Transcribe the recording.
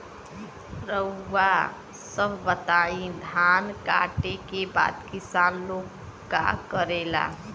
रउआ सभ बताई धान कांटेके बाद किसान लोग का करेला?